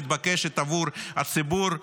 המתבקשת עבור הציבור,